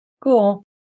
Cool